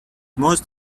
most